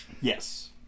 Yes